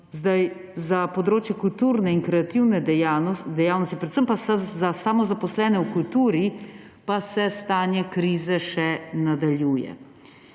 Za področje kulturne in kreativne dejavnosti, predvsem pa za samozaposlene v kulturi, pa se stanje krize še nadaljuje,